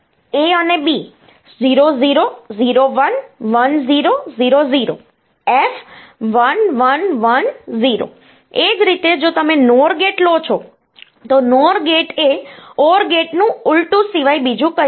એ જ રીતે જો તમે NOR ગેટ લો છો તો NOR ગેટ એ OR ગેટનું ઉલટુ સિવાય બીજું કંઈ નથી